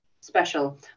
special